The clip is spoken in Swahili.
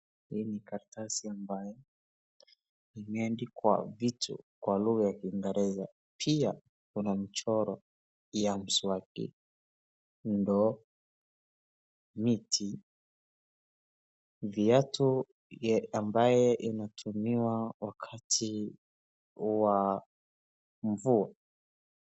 Hii ni karatasi ambayo imeandikwa vitu kwa lugha ya kingereza pia kuna mchoro ya mswaki, ndoo, miti, viatu ambaye inatumiwa wakati wa mvua.